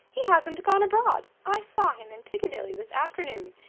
he hasn't gone abroad! i saw him in piccadilly this afternoon.